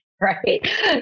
right